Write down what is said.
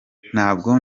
ntabwo